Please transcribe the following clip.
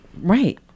Right